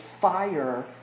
fire